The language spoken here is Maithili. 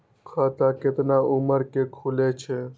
खाता केतना उम्र के खुले छै?